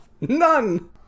None